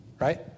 right